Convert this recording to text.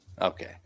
Okay